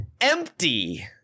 Empty